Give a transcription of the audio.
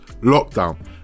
Lockdown